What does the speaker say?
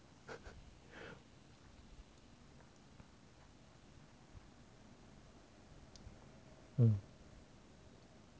嗯